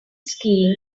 skiing